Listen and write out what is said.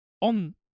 on